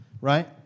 Right